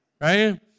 right